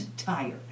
tired